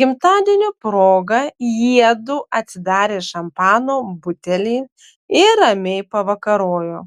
gimtadienio proga jiedu atsidarė šampano butelį ir ramiai pavakarojo